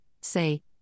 say